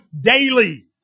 daily